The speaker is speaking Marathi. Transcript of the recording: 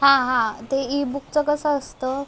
हां हां ते ई बुकचं कसं असतं